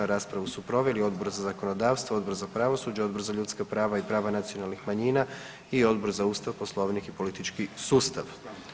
Raspravu su proveli Odbor za zakonodavstvo, Odbor za pravosuđe, Odbor za ljudska prava i prava nacionalnih manjina i Odbor za Ustav, Poslovnik i politički sustav.